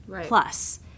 plus